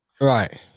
Right